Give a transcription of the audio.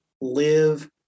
live